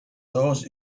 those